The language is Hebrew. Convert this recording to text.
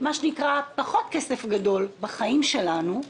מה שנקרא: פחות כסף גדול בחיים שלנו,